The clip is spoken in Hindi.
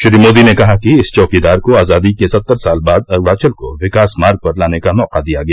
श्री मोदी ने कहा कि इस चौकीदार को आजादी के सत्तर साल बाद अरूणाचल को विकास मार्ग पर लाने का मौका दिया गया